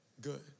good